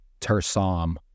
Tersam